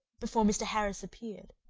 before mr. harris appeared.